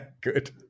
Good